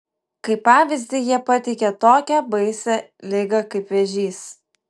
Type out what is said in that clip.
kaip pavyzdį jie pateikė tokią baisią ligą kaip vėžys